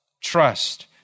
Trust